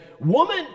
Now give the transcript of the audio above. woman